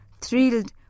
thrilled